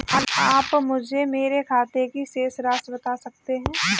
आप मुझे मेरे खाते की शेष राशि बता सकते हैं?